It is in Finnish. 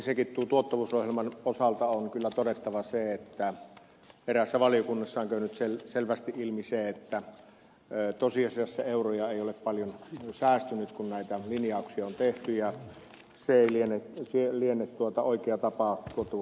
ensinnäkin tuottavuusohjelman osalta on kyllä todettava se että eräässä valiokunnassa on käynyt selvästi ilmi se että tosiasiassa euroja ei ole paljon säästynyt kun näitä linjauksia on tehty ja se ei liene oikea tapa tuottavuusohjelmaa toteuttaa